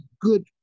good